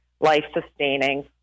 life-sustaining